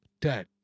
dead